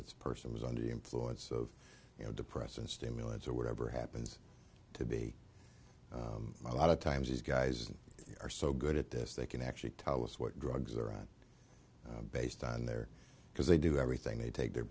this person was under the influence of you know depressant stimulants or whatever happens to be a lot of times these guys are so good at this they can actually tell us what drugs are on based on their because they do everything they take their